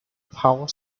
power